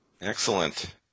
excellent